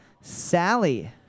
Sally